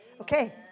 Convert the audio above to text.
Okay